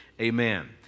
Amen